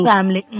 Family